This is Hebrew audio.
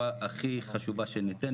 שהן תשומות בסיסיות שבית החולים מוציא,